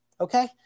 Okay